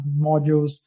modules